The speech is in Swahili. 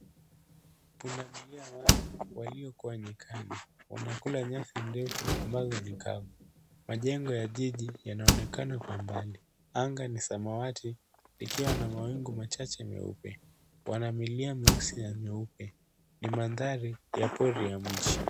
Pundamilia wanne waliokuwa nyikani. Wanakula nyasi ndefu ambazo ni kavu. Majengo ya jiji yanaonekana kwa umbali. Anga ni samawati, likiwa na mawingu machache meupe. Wana milia meusi na meupe. Ni mandhari ya pori ya mji.